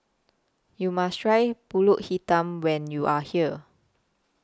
YOU must Try Pulut Hitam when YOU Are here